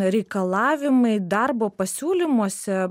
reikalavimai darbo pasiūlymuose